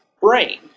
brain